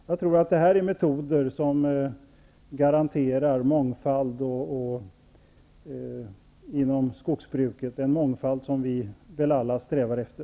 Jag tror att detta är metoder som garanterar mångfald inom skogsbruket, en mångfald som vi väl alla strävar efter.